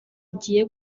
igiye